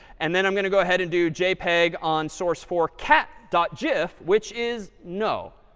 and then i'm going to go ahead and do jpeg on source for cat dot gif, which is no,